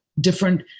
different